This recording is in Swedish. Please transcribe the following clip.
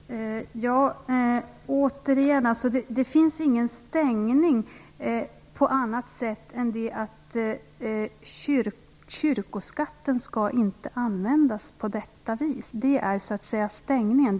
Fru talman! Jag vill återigen säga att det inte finns någon stängning på annat sätt än att kyrkoskatten inte skall användas på detta vis. Det är så att säga stängningen.